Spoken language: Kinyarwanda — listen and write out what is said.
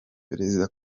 perezida